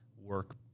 work